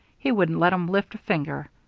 he wouldn't let em lift a finger.